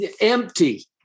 empty